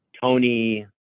Tony